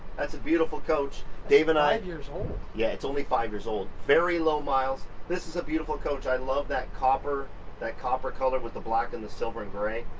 that's a beautiful coach. dave and i five years old. yeah it's only five years old, very low miles. this is a beautiful coach. i love that copper that copper color with the black and the silver and gray.